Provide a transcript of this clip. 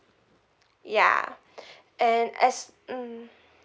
ya and as mm